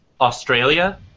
Australia